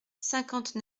cinquante